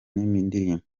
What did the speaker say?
n’indirimbo